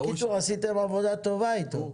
בקיצור עשיתם עבודה טובה איתו.